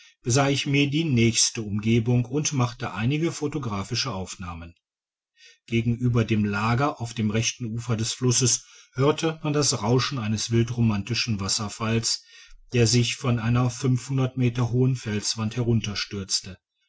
ich mir die nächste umgebung und machte einige photographische aufnahmen gegentiber dem lager auf dem rechten ufer des flusses hörte man das rauschen eines wildromantischen wasserfalls der sich von einer meter hohen felswand